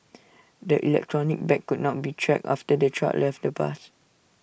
the electronic tag could not be tracked after the child left the bus